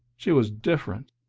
she was different.